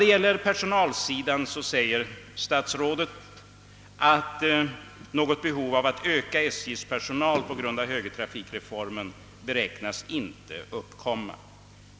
Beträffande personalsidan «uttalar herr statsrådet att något behov av att öka SJ:s personalstyrka med anledning av högertrafikreformen inte beräknas uppkomma.